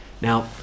Now